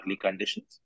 conditions